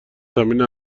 تمرین